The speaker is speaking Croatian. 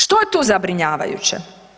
Što je tu zabrinjavajuće?